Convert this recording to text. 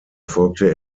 folgte